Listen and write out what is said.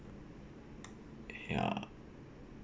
ya